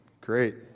Great